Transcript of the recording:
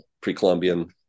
pre-Columbian